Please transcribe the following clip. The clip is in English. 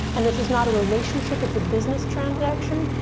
and this is not a relationship. it's a business transaction.